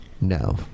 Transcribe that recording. No